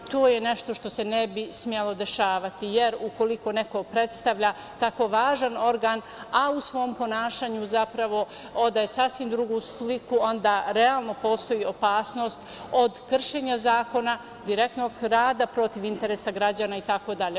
To je nešto što se ne bi smelo dešavati, jer ukoliko neko predstavlja tako važan organ, a u svom ponašanju zapravo odaje sasvim drugu sliku, onda realno postoji opasnost od kršenja zakona, direktnog rada protiv interesa građana itd.